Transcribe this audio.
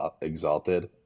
exalted